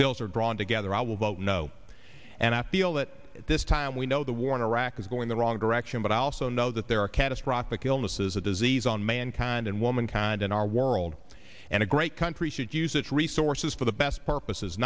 bills are drawn together i will vote no and i feel that this time we know the war in iraq is going the wrong direction but i also know that there are catastrophic illnesses of disease on mankind and womankind in our world and a great country should use its resources for the best purposes